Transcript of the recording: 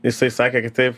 jisai sakė kad taip